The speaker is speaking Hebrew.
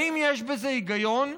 האם יש בזה היגיון?